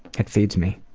it feeds me.